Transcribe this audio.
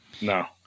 No